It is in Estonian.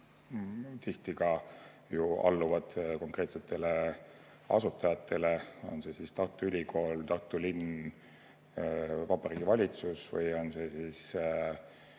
tihti ka ju alluvad konkreetsetele asutajatele, on see siis Tartu Ülikool, Tartu linn, Vabariigi Valitsus või näiteks